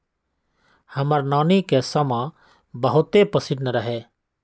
हमर नानी के समा बहुते पसिन्न रहै